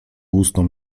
ustom